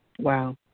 Wow